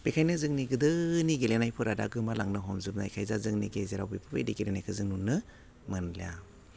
बेखायनो जोंनि गोदोनि गेलेनायफोरा दा गोमालांनो हमजोबनायखाय दा जोंनि गेजेराव बेफोर बायदि गेलेनायखौ जों नुनो मोनला